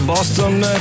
Boston